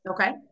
Okay